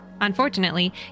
Unfortunately